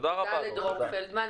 תודה לדרור פלדמן.